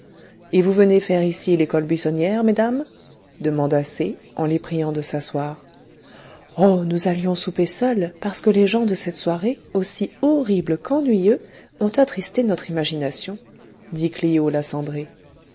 et vous venez faire ici l'école buissonnière mesdames demanda c en les priant de s'asseoir oh nous allions souper seules parce que les gens de cette soirée aussi horribles qu'ennuyeux ont attristé notre imagination dit clio la cendrée